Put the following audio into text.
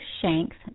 Shanks